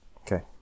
Okay